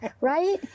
right